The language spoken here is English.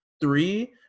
three